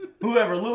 whoever